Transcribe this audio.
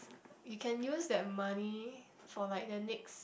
you can use that money for like the next